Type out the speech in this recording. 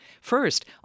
First